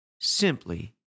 simply